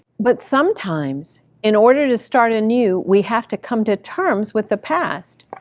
but sometimes in order to start anew, we have to come to terms with the past.